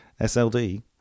sld